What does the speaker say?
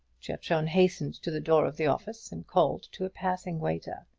giatron hastened to the door of the office and called to a passing waiter.